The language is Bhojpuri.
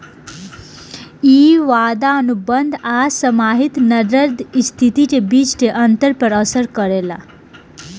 इ वादा अनुबंध आ समाहित नगद स्थिति के बीच के अंतर पर असर करेला